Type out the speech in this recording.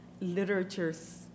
literature's